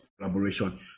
collaboration